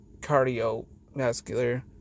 cardiovascular